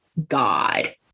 God